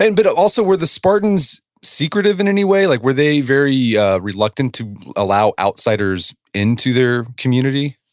and but also were the spartans secretive in any way, like were they very ah reluctant to allow outsiders into their community?